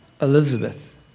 Elizabeth